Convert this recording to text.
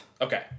Okay